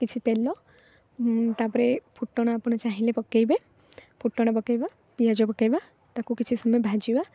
କିଛି ତେଲ ତାପରେ ଫୁଟଣ ଆପଣ ଚାହିଁଲେ ପକେଇବେ ଫୁଟଣ ପକେଇବା ପିଆଜ ପକେଇବା ତାକୁ କିଛି ସମୟ ଭାଜିବା